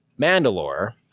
Mandalore